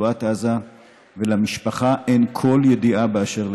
ברצועת עזה ולמשפחה אין כל ידיעה באשר לגורלו.